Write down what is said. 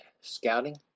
Scouting